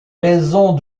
raison